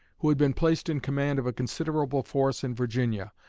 who had been placed in command of a considerable force in virginia,